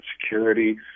security